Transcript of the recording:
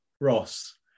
ross